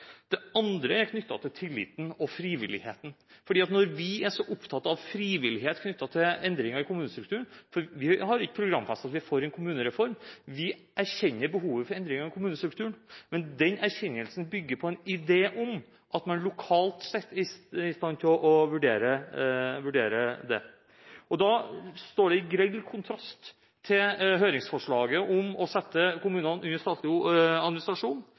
Det andre er knyttet til tilliten og frivilligheten. Når vi er så opptatt av frivillighet knyttet til endringer i kommunestrukturen, for vi har ikke programfestet at vi er for en kommunereform, erkjenner vi behovet for endringer i kommunestrukturen, men den erkjennelsen bygger på en idé om at man lokalt settes i stand til å vurdere det. Dette står i grell kontrast til høringsforslaget om å sette kommunene under statlig administrasjon.